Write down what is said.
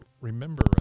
remember